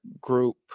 group